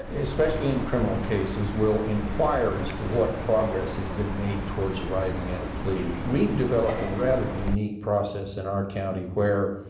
ah especially in criminal cases, will inquire as to what progress has been made towards arriving at a plea. we've developed a rather unique process in our county where